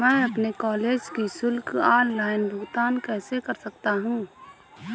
मैं अपने कॉलेज की शुल्क का ऑनलाइन भुगतान कैसे कर सकता हूँ?